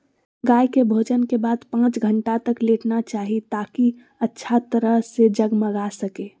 गाय के भोजन के बाद पांच घंटा तक लेटना चाहि, ताकि अच्छा तरह से जगमगा सकै